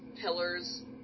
pillars